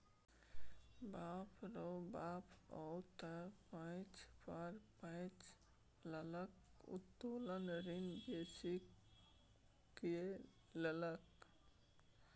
बाप रौ बाप ओ त पैंच पर पैंच लकए उत्तोलन ऋण बेसी कए लेलक